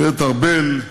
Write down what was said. גברת ארבל,